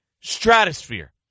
stratosphere